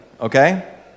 okay